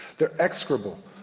they're execrable,